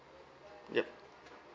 yup